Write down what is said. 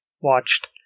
watched